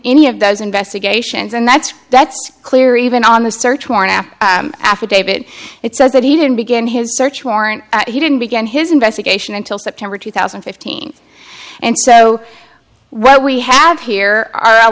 any of those investigations and that's that's clear even on the search warrant after affidavit it says that he didn't begin his search warrant he didn't begin his investigation until september two thousand and fifteen and so what we have here are a